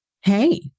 Hey